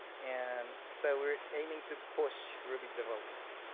and so we're aiming to push ruby development,